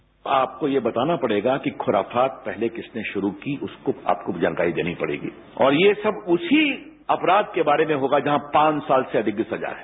sound bite आपको ये बताना पड़ेगा कि खुराफात पहले किसने शुरू की उसको आपको जानकारी देनी पड़ेगी और ये सब उसी अपराध के बारे में होगा जहां पांच साल से अधिक की सजा है